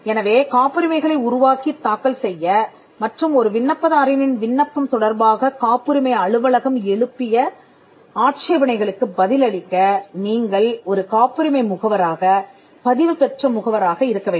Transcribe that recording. எனவே காப்புரிமைகளை உருவாக்கித் தாக்கல் செய்ய மற்றும் ஒரு விண்ணப்பதாரரின் விண்ணப்பம் தொடர்பாக காப்புரிமை அலுவலகம் எழுப்பிய ஆட்சேபணைகளுக்குப் பதிலளிக்க நீங்கள் ஒரு காப்புரிமை முகவராக பதிவுபெற்ற முகவராக இருக்க வேண்டும்